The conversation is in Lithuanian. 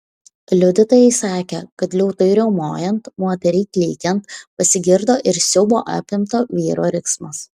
liudytojai sakė kad liūtui riaumojant moteriai klykiant pasigirdo ir siaubo apimto vyro riksmas